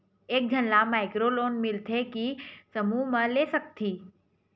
एक झन ला माइक्रो लोन मिलथे कि समूह मा ले सकती?